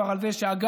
אנא,